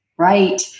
right